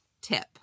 tip